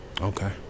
okay